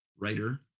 writer